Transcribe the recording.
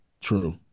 true